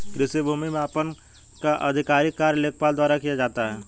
कृषि भूमि मापन का आधिकारिक कार्य लेखपाल द्वारा किया जाता है